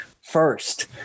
first